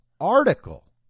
article